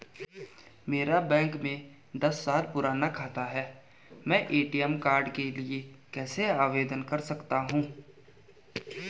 मेरा बैंक में दस साल पुराना खाता है मैं ए.टी.एम कार्ड के लिए कैसे आवेदन कर सकता हूँ?